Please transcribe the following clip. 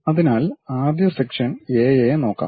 അതിനാൽ ആദ്യ section A A നോക്കാം